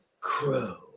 Crow